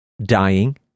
dying